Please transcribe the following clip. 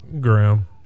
Graham